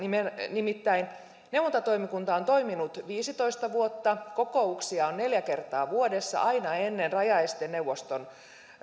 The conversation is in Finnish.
nimittäin neuvontatoimikunta on toiminut viisitoista vuotta kokouksia on neljä kertaa vuodessa aina ennen rajaesteneuvoston